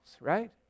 right